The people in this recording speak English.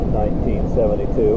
1972